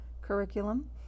curriculum